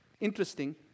interesting